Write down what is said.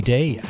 Day